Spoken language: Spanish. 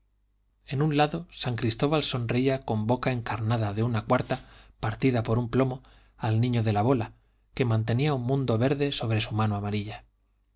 en un lado san cristóbal sonreía con boca encarnada de una cuarta partida por un plomo al niño de la bola que mantenía un mundo verde sobre su mano amarilla